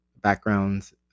backgrounds